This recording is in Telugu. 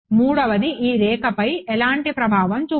మూడవది ఈ రేఖపై ఎలాంటి ప్రభావం చూపదు